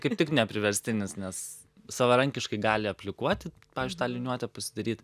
kaip tik nepriverstinis nes savarankiškai gali aplikuoti pavyzdžiui tą liniuotę pasidaryt